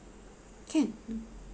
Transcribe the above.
can